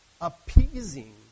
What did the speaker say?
appeasing